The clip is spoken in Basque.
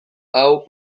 hau